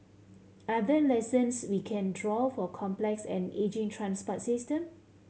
are there lessons we can draw for complex and ageing transport system